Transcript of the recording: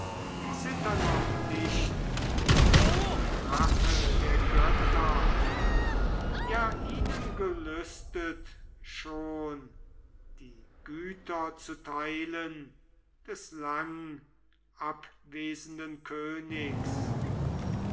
zittern auch nicht vor der rache der götter ja ihnen gelüstet schon die güter zu teilen des langabwesenden königs